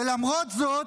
ולמרות זאת,